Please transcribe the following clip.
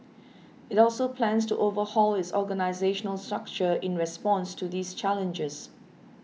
it also plans to overhaul its organisational structure in response to these challenges